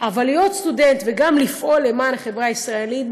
אבל להיות סטודנט וגם לפעול למען החברה הישראלית,